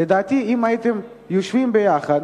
לדעתי, אם הייתם יושבים ביחד,